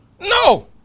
No